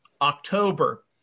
October